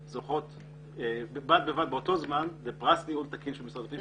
בד בבד באותו זמן זוכות לפרס ניהול תקין של משרד הפנים.